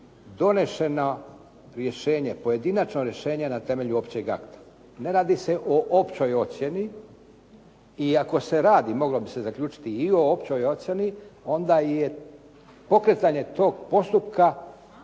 rješenje, pojedinačno rješenje na temelju općeg akta. Ne radi se o općoj ocjeni, i ako se radi moglo bi se zaključiti i o općoj ocjeni, onda je pokretanje tog postupka